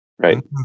right